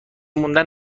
موندن